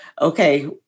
okay